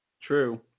true